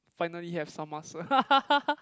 finally have some muscle